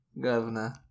governor